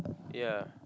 ya